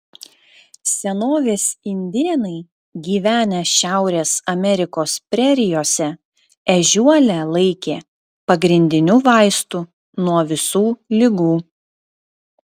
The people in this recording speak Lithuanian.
senovės indėnai gyvenę šiaurės amerikos prerijose ežiuolę laikė pagrindiniu vaistu nuo visų ligų